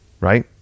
right